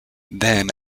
then